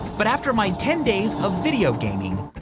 but after my ten days of video gaming,